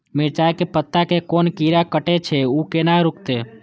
मिरचाय के पत्ता के कोन कीरा कटे छे ऊ केना रुकते?